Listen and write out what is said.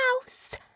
house